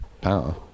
power